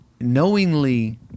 knowingly